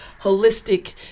holistic